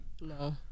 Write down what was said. No